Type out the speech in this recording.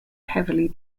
heavily